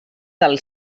del